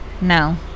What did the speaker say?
No